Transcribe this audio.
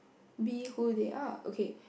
be who they are okay